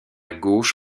gauche